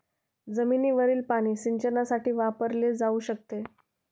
जमिनीवरील पाणी सिंचनासाठी वापरले जाऊ शकते